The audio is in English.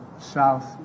South